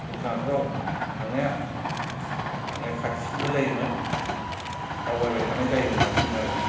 भुटान हादराव थांनाया माने खाथिसिनबो जायोमोन दावबायबाय थानाय जायोमोन बांसिन आरो